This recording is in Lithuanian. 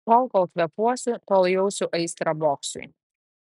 tol kol kvėpuosiu tol jausiu aistrą boksui